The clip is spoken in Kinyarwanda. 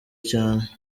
cyane